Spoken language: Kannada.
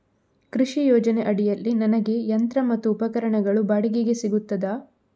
ಕೃಷಿ ಯೋಜನೆ ಅಡಿಯಲ್ಲಿ ನನಗೆ ಯಂತ್ರ ಮತ್ತು ಉಪಕರಣಗಳು ಬಾಡಿಗೆಗೆ ಸಿಗುತ್ತದಾ?